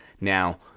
Now